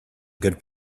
good